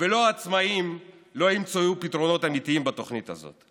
ולא העצמאים ימצאו פתרונות אמיתיים בתוכנית הזאת.